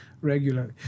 regularly